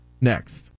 next